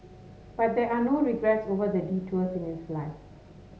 but there are no regrets over the detours in his life